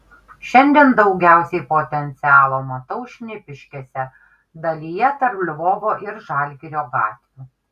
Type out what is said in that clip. šiandien daugiausiai potencialo matau šnipiškėse dalyje tarp lvovo ir žalgirio gatvių